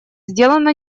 сделано